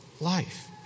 life